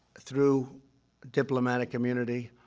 through diplomatic immunity,